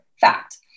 fact